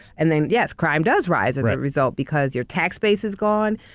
and then yes crime does rise as a result because your tax base is gone,